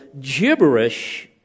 gibberish